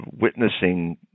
witnessing